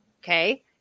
okay